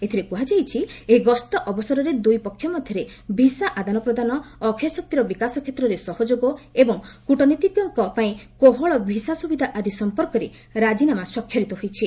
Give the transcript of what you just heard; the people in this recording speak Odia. ଏଥିରେ କୃହାଯାଇଛି ଏହି ଗସ୍ତ ଅବସରରେ ଦୂଇ ପକ୍ଷ ମଧ୍ୟରେ ଭିସା ଆଦାନ ପ୍ରଦାନ ଅକ୍ଷୟ ଶକ୍ତିର ବିକାଶ କ୍ଷେତ୍ରରେ ସହଯୋଗ ଏବଂ କୂଟନୀତିଜ୍ଞଙ୍କ ପାଇଁ କୋହଳ ଭିସା ସୁବିଧା ଆଦି ସମ୍ପର୍କରେ ରାଜିନାମା ସ୍ୱାକ୍ଷରିତ ହୋଇଛି